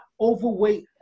overweight